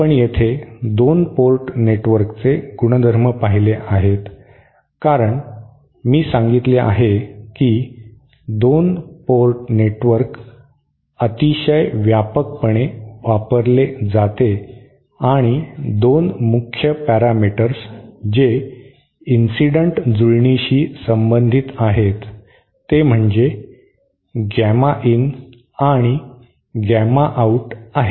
आपण येथे 2 पोर्ट नेटवर्कचे गुणधर्म पाहिले आहेत कारण मी सांगितले आहे की 2 पोर्ट नेटवर्क अतिशय व्यापकपणे वापरले जाते आणि 2 मुख्य पॅरामीटर्स जे इंसिडेंट जुळणीशी संबंधित आहेत ते म्हणजे गॅमा इन आणि गॅमा आउट आहेत